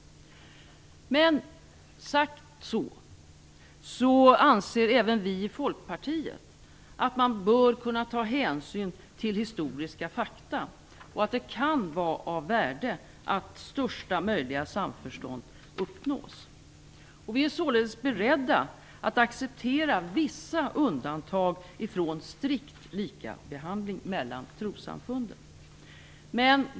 Även vi i Folkpartiet anser dock att man bör kunna ta hänsyn till historiska fakta och att det kan vara av värde att största möjliga samförstånd uppnås. Vi är således beredda att acceptera vissa undantag ifrån strikt likabehandling mellan trossamfunden.